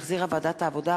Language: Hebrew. שהחזירה ועדת העבודה,